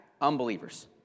unbelievers